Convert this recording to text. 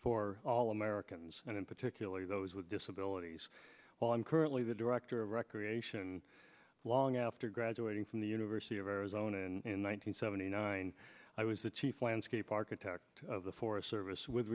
for all americans and particularly those with disabilities while i'm currently the director of recreation long after graduating from the university of arizona in one nine hundred seventy nine i was the chief landscape architect of the forest service with